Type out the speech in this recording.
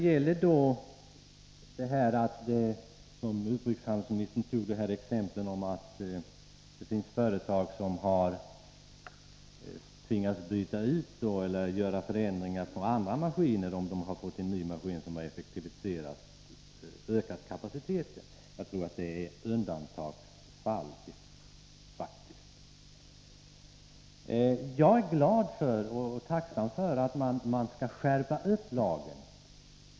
Utrikeshandelsministern gav exempel på företag som fått avslag på ansökningar som gällt maskiner som skulle ha ökat kapaciteten. Jag tror att det är undantagsfall. Jag är glad och tacksam för att regeringen vill skärpa lagen.